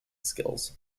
skills